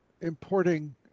importing